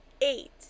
Eight